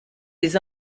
les